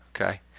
Okay